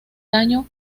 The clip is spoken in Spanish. daño